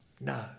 no